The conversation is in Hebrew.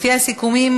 לפי הסיכומים,